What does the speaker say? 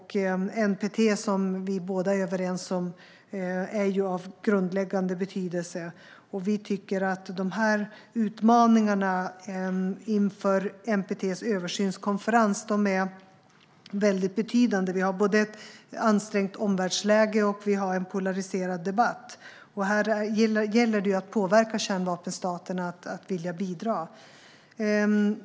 Vi är överens om att NPT är av grundläggande betydelse, och vi tycker att utmaningarna inför NPT:s översynskonferens är väldigt betydande. Omvärldsläget är ansträngt och debatten polariserad, och det gäller nu att påverka kärnvapenstaterna till att vilja bidra.